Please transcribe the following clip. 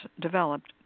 developed